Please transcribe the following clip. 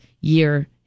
year